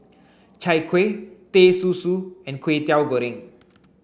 Chai Kuih Teh Susu and Kway Teow Goreng